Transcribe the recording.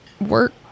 work